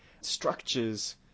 structures